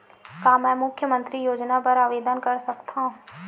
का मैं मुख्यमंतरी योजना बर आवेदन कर सकथव?